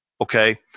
Okay